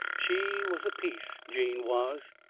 she was a peace, jane was.